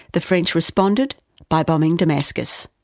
the french responded by bombing damascus.